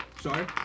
Sorry